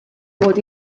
mod